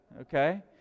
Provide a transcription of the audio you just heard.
okay